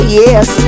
yes